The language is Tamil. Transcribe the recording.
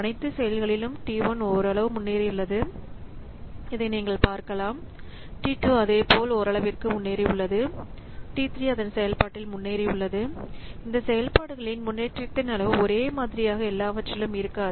அனைத்து செயல்களிலும் T1 ஓரளவு முன்னேறி இருப்பதை நீங்கள் பார்க்கலாம் T2 அதேபோல் ஓரளவிற்கு முன்னேறி உள்ளது T3 அதன் செயல்பாட்டில் முன்னேறி உள்ளது இந்த செயல்பாடுகளின் முன்னேற்றத்தின் அளவு ஒரே மாதிரியாக எல்லாவற்றிலும் இருக்காது